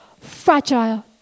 fragile